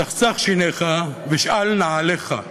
צחצח שיניך ושל נעליך.